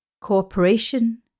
cooperation